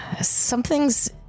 something's